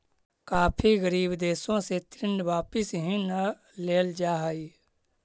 काफी गरीब देशों से ऋण वापिस ही न लेल जा हई